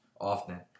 often